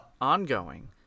ongoing